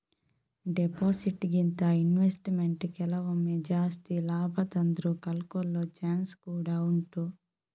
deposit ಗಿಂತ investment ಕೆಲವೊಮ್ಮೆ ಜಾಸ್ತಿ ಲಾಭ ತಂದ್ರೂ ಕಳ್ಕೊಳ್ಳೋ ಚಾನ್ಸ್ ಕೂಡಾ ಉಂಟು